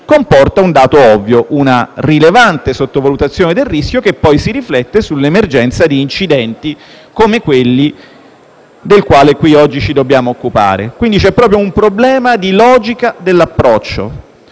comporta un dato ovvio: una rilevante sottovalutazione del rischio che poi si riflette sull'emergenza di incidenti come quelli del quale qui oggi ci dobbiamo occupare. C'è quindi proprio un problema di logica dell'approccio